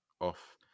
off